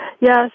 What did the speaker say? Yes